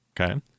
Okay